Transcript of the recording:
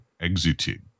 exited